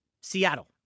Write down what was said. Seattle